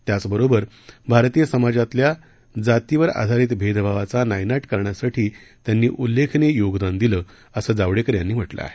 त्याचबरोबर भारतीय समाजातल्या जातीवर आधारित भेदभावाचा नायनाट करण्यासाठी त्यांनी उल्लेखनीय योगदान दिलं असं जावडेकर यांनी म्हटलं आहे